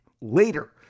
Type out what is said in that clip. later